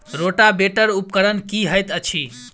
Rotavator उपकरण की हएत अछि?